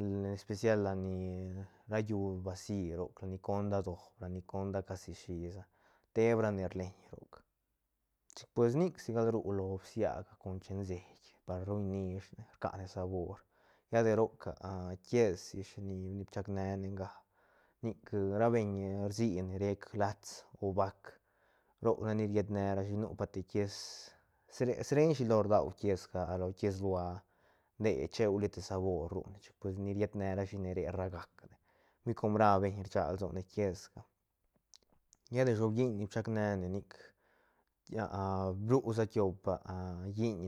Len especial lan ni ra llú basi roc la ni conda doob ni conda casi shisa teb ra ne rleñ roc chic pues nic siga ru len bsiaga con chen seit par ruñ nishne rcane sabor lla de roc quies ish ni bichac nea ne nga nic ra beñ rsine lats o bac roc nac ni ried nerashi nu pa te quies sre- sreiñ shilo radua quiesga lo quies lua nde cheuli te sabor ru ne pues ni rietne rashi ne re rragacne hui com ra beñ rsag lsone quiesga lla de shobilliñ ni bchac ne ne nic bru sa tiop lliñ